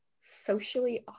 socially